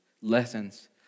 lessons